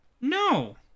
No